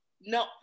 no